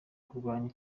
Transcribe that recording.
kurwanya